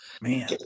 Man